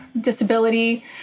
disability